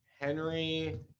Henry